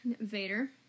Vader